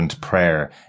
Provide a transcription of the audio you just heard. prayer